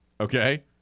Okay